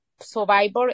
Survivor